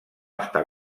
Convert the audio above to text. està